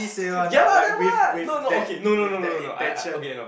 ya lah then what no no okay no no no no no I I okay no